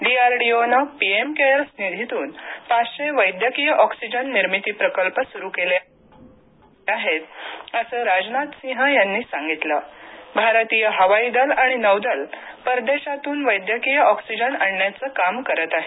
DRDO नं PM CARES निधीतून पाचशे वैद्यकीय ऑक्सीजन निर्मिती प्रकल्प सुरू केले आहेत असं राजनाथ सिंह यांनी सांगितलं भारतीय हवाई दल आणि नौदल परदेशातून वैद्यकीय ऑक्सीजन आणण्याचं काम करत आहेत